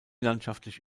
landschaftlich